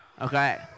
Okay